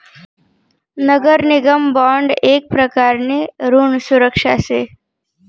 नगर निगम बॉन्ड येक प्रकारनी ऋण सुरक्षा शे